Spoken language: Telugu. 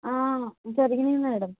జరిగింది మేడమ్